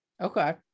Okay